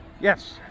Yes